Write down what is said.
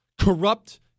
corrupt